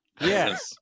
yes